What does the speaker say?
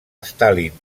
stalin